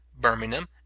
Birmingham